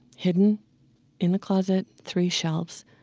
hidden in the closet. three shelves